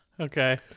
Okay